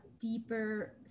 deeper